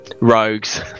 Rogues